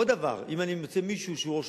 עוד דבר: אם אני מוצא מישהו שהוא ראש